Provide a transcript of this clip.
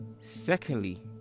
secondly